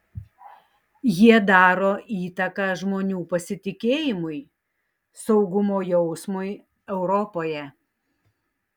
jie daro įtaką žmonių pasitikėjimui saugumo jausmui europoje